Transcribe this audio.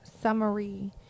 summary